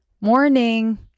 Morning